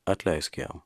atleisk jam